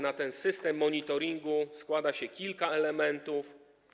Na ten system monitoringu składa się kilka elementów.